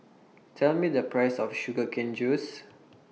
Tell Me The Price of Sugar Cane Juice